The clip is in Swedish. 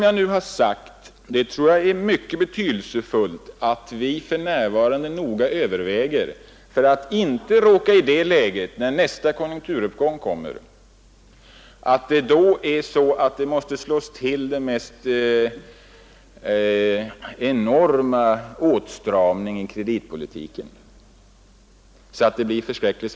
Jag tror att det är mycket betydelsefullt att vi för närvarande noga överväger det som jag nu har sagt — för att inte råka i det läget när nästa konjunkturuppgång kommer att då den mest enorma åtstramning av kreditpolitiken måste tillgripas.